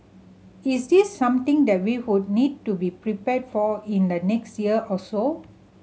is this something that we would need to be prepared for in the next year or so